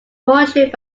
portrayed